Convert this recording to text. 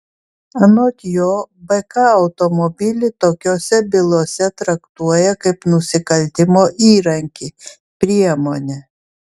anot jo bk automobilį tokiose bylose traktuoja kaip nusikaltimo įrankį priemonę